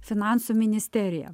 finansų ministerija